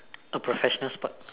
a professional sport